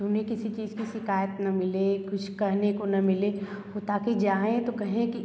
कि उन्हें किसी चीज़ की शिकायत ना मिले कुछ कहने को ना मिले वो ताकि जाएं तो कहें कि